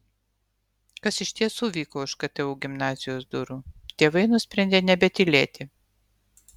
kas iš tiesų vyko už ktu gimnazijos durų tėvai nusprendė nebetylėti